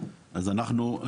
אז אנחנו,